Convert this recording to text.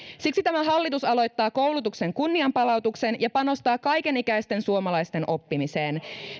siksi tämä hallitus aloittaa koulutuksen kunnianpalautuksen ja panostaa kaikenikäisten suomalaisten oppimiseen